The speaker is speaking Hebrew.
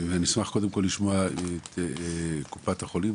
נשמח קודם כל לשמוע את קופות החולים,